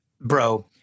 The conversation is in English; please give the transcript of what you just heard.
bro